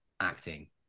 acting